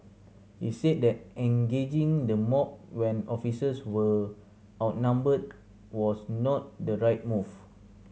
he said that engaging the mob when officers were outnumbered was not the right move